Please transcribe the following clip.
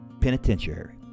penitentiary